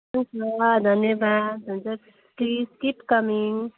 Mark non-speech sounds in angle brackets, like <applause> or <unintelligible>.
<unintelligible> धन्यवाद हुन्छ keep coming